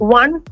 one